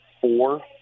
four